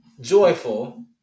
joyful